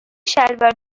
شلوار